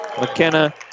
McKenna